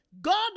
god